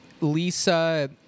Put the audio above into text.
lisa